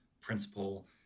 principle